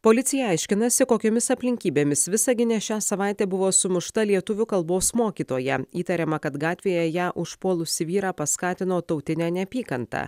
policija aiškinasi kokiomis aplinkybėmis visagine šią savaitę buvo sumušta lietuvių kalbos mokytoja įtariama kad gatvėje ją užpuolusį vyrą paskatino tautinė neapykanta